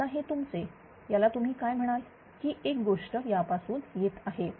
आता हे तुमचे याला तुम्ही काय म्हणाल ही एक गोष्ट यापासून येत आहे